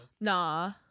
nah